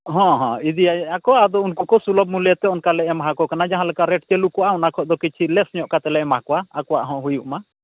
ᱦᱮᱸ ᱦᱮᱸ ᱤᱫᱤᱭᱟᱭ ᱟᱠᱚ ᱟᱫᱚ ᱩᱱᱠᱩᱠᱚ ᱥᱩᱞᱚᱵᱷ ᱢᱩᱞᱞᱚᱛᱮ ᱚᱱᱠᱟᱞᱮ ᱮᱢᱟᱦᱟᱠᱚ ᱠᱟᱱᱟ ᱡᱟᱦᱟᱸᱞᱮᱠᱟ ᱨᱮᱹᱴ ᱪᱟᱹᱞᱩᱠᱚᱜᱼᱟ ᱚᱱᱟ ᱠᱷᱚᱡᱫᱚ ᱠᱤᱪᱷᱩ ᱞᱮᱹᱥᱧᱚᱜ ᱠᱟᱛᱮᱫᱞᱮ ᱮᱢᱟ ᱠᱚᱣᱟ ᱟᱠᱚᱣᱟᱜᱦᱚᱸ ᱦᱩᱭᱩᱜ ᱢᱟ